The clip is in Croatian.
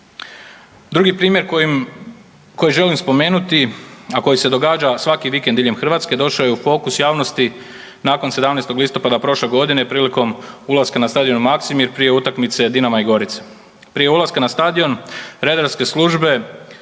Drugi primjer koji želim spomenuti, a koji se događa svaki vikend diljem Hrvatske došao je u fokus javnosti nakon 17. listopada prošle godine prilikom ulaska na stadion Maksimir prije utakmice Dinama i Gorice. Prije ulaska na stadion redarske službe